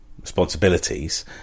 responsibilities